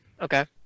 Okay